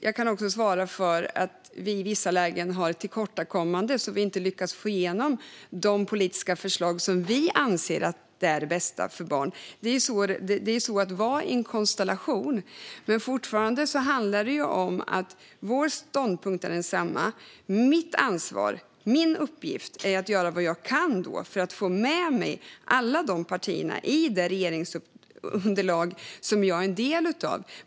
Jag kan också säga att vi i vissa lägen har tillkortakommanden och inte lyckas få igenom de politiska förslag som vi anser är de bästa för barn. Så är det att vara i en konstellation. Vår ståndpunkt är fortfarande densamma. Mitt ansvar och min uppgift är att göra vad jag kan för att få med mig alla partierna i det regeringsunderlag som jag är en del av.